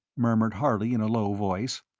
murmured harley in a low voice.